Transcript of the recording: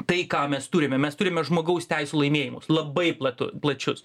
tai ką mes turime mes turime žmogaus teisių laimėjimus labai platu plačius